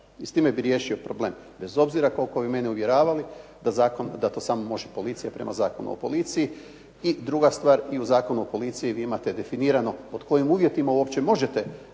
i s time bih riješio problem, bez obzira koliko vi mene uvjeravali da zakon, da to samo može policija prema Zakonu o policiji. I druga stvar, i u Zakonu o policiji vi imate definirano pod kojim uvjetima uopće možete na